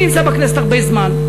אני נמצא בכנסת הרבה זמן.